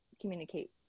communicate